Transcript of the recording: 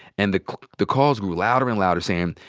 and the the calls grew louder and louder saying,